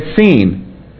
seen